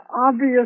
obvious